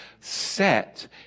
set